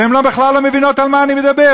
והן בכלל לא מבינות על מה אני מדבר.